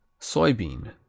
Soybean